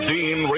Dean